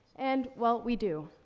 and, well, we do.